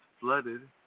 flooded